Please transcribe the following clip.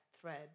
Thread